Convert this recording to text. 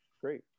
Great